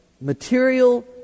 material